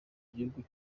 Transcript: gihugu